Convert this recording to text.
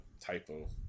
typo